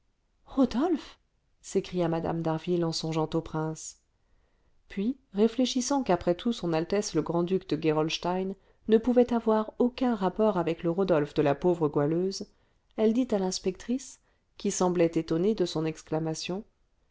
rodolphe rodolphe s'écria mme d'harville en songeant au prince puis réfléchissant qu'après tout son altesse le grand-duc de gerolstein ne pouvait avoir aucun rapport avec le rodolphe de la pauvre goualeuse elle dit à l'inspectrice qui semblait étonnée de son exclamation